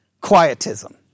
Quietism